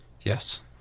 yes